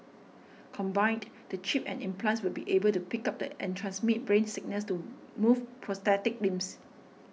combined the chip and implants will be able to pick up and transmit brain signals to move prosthetic limbs